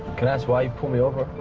can i ask why you pulled me over,